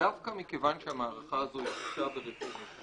דווקא מכיוון שהמערכה הזו היא קשה ורצינית,